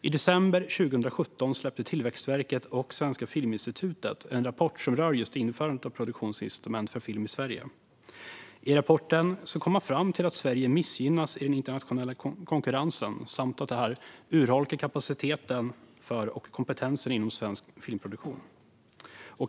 I december 2017 släppte Tillväxtverket och Svenska Filminstitutet en rapport som rör införandet av produktionsincitament för film i Sverige. I rapporten kom man fram till att Sverige missgynnas i den internationella konkurrensen samt att det urholkar kapaciteten och kompetensen inom svensk filmproduktion.